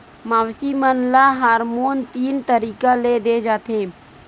मवेसी मन ल हारमोन तीन तरीका ले दे जाथे